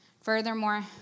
Furthermore